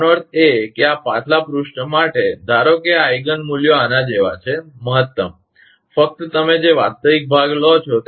આનો અર્થ એ કે આ પાછલા પૃષ્ઠ માટે ધારો કે આઇગિન મૂલ્યો આના જેવા છે મહત્તમ ફક્ત તમે જે વાસ્તવિક ભાગ લો છો